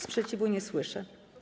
Sprzeciwu nie słyszę.